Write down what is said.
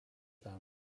them